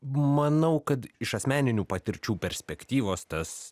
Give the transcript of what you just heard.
manau kad iš asmeninių patirčių perspektyvos tas